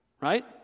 right